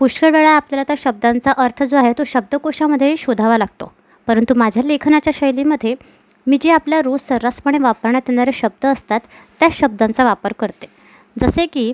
पुष्कळ वेळा आपल्याला त्या शब्दांचा अर्थ जो आहे तो शब्दकोशामध्ये शोधावा लागतो परंतु माझ्या लेखनाच्या शैलीमध्ये मी जे आपल्या रोज सररासपणे वापरण्यात येणारे शब्द असतात त्याच शब्दांचा वापर करते जसे की